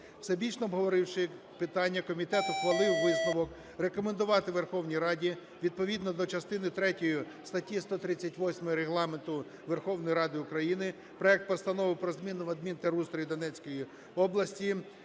Всебічно обговоривши питання, комітет ухвалив висновок рекомендувати Верховній Раді відповідно до частини третьої статті 138 Регламенту Верховної Ради України проект Постанови про зміни в адмінтерустрої Донецької області,